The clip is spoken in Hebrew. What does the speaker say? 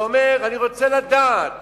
ואומר: אני רוצה לדעת